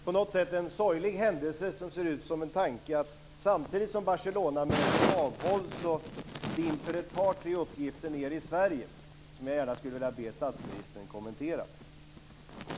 På något sätt är det en sorglig händelse som ser ut som en tanke att samtidigt som Barcelonamötet avhålls dimper ett par tre uppgifter ned i Sverige, som jag gärna skulle vilja be statsministern kommentera.